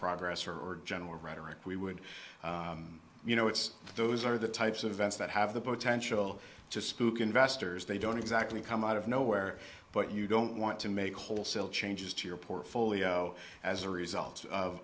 progress or or general rhetoric we would you know it's those are the types of events that have the potential to spook investors they don't exactly come out of nowhere but you don't want to make wholesale changes to your portfolio as a result of